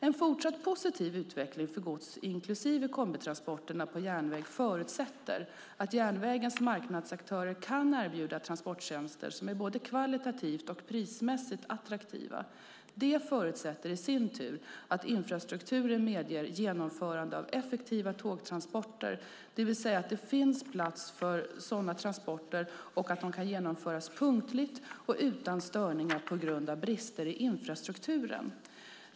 En fortsatt positiv utveckling för gods inklusive kombitransporterna på järnväg förutsätter att järnvägens marknadsaktörer kan erbjuda transporttjänster som är både kvalitativt och prismässigt attraktiva. Det förutsätter i sin tur att infrastrukturen medger genomförande av effektiva tågtransporter, det vill säga att det finns plats för sådana transporter och att de kan genomföras punktligt och utan störningar på grund av brister i infrastrukturen.